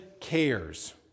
cares